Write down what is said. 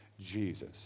Jesus